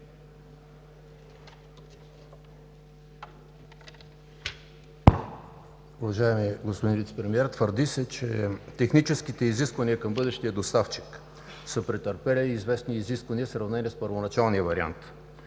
Уважаеми господин Вицепремиер, твърди се, че техническите изисквания към бъдещия доставчик са претърпели известни промени в сравнение с първоначалния вариант.